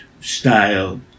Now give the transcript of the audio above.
style